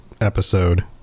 episode